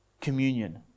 communion